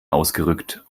ausgerückt